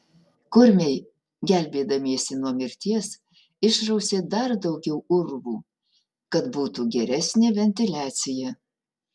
kurmiai gelbėdamiesi nuo mirties išrausė dar daugiau urvų kad būtų geresnė ventiliacija